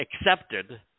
accepted